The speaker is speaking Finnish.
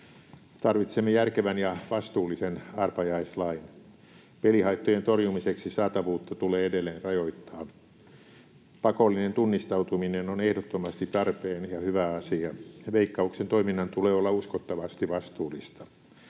Tarvitsemme järkevän ja vastuullisen arpajaislain. Pelihaittojen torjumiseksi saatavuutta tulee edelleen rajoittaa. Pakollinen tunnistautuminen on ehdottomasti tarpeen ja hyvä asia. Veikkauksen toiminnan tulee olla uskottavasti vastuullista.